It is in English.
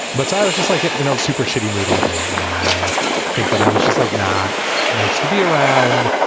but so i i was just like in our super shitty mood all day and i think that i was just like not nice to be around.